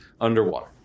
underwater